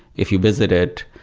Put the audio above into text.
if you visit it,